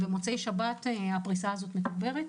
במוצאי שבת הפריסה הזאת מתוגברת.